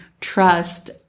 trust